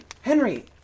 Henry